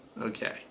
Okay